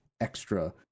extra